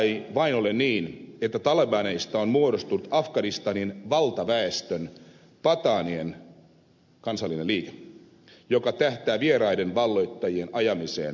ei kai vain ole niin että talebaneista on muodostunut afganistanin valtaväestön pataanien kansallinen liike joka tähtää vieraiden valloittajien ajamiseen maasta pois